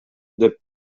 деп